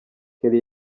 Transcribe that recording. kelly